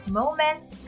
moments